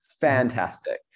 fantastic